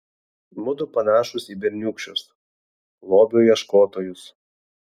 mudu panašūs į berniūkščius lobio ieškotojus